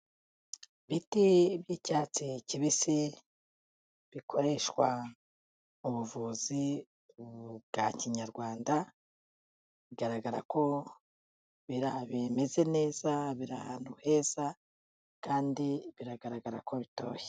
Ibiti by'icyatsi kibisi bikoreshwa mu buvuzi bwa kinyarwanda, bigaragara ko bimeze neza, bira ahantu heza kandi biragaragara ko bitoshye.